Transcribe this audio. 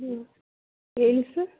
ಹ್ಞೂ ಹೇಳಿ ಸರ್